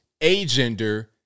Agender